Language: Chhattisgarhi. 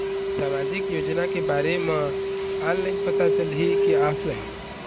सामाजिक योजना के बारे मा ऑनलाइन पता चलही की ऑफलाइन?